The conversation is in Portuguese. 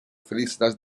felicidade